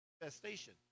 infestation